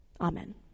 amen